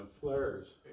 Flares